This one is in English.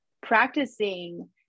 practicing